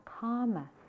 karma